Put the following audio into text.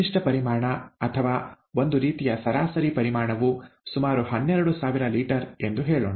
ವಿಶಿಷ್ಟ ಪರಿಮಾಣ ಅಥವಾ ಒಂದು ರೀತಿಯ ಸರಾಸರಿ ಪರಿಮಾಣವು ಸುಮಾರು ಹನ್ನೆರಡು ಸಾವಿರ ಲೀಟರ್ ಎಂದು ಹೇಳೋಣ